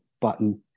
button